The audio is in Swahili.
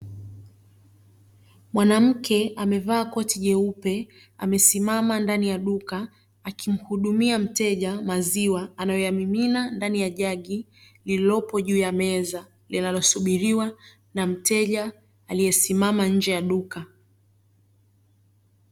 Mwanamke amevaa koti jeupe, amesimama ndani ya duka akimuhudumia mteja maziwa anayoyamimina ndani ya jagi lililopo juu ya meza, linalosubiriwa na mteja , aliesimama nje ya duka.